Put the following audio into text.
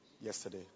yesterday